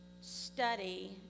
study